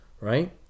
Right